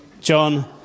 John